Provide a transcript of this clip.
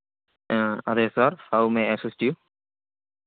മ് അതേ sir how may assist you